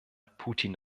putin